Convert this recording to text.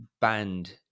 banned